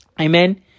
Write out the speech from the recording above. Amen